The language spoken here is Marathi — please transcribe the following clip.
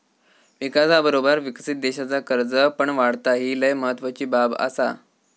विकासाबरोबर विकसित देशाचा कर्ज पण वाढता, ही लय महत्वाची बाब आसा